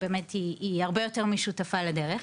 שבאמת היא הרבה יותר משותפה לדרך,